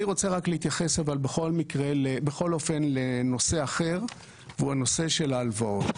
אני רוצה להתייחס לנושא אחר וזה נושא ההלוואות.